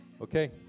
Okay